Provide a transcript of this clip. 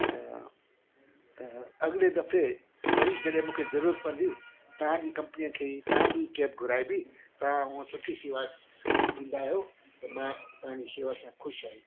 त अॻिले दफ़े वरी जॾहिं मूंखे जरूरत पवंदी तव्हांजी कंपनीअ खे ई तहांजी कब घुराएबि तव्हां हूअं सुठी सेवा ॾींदा आहियो त मां तव्हांजी शेवा सां ख़ुशि आहियूं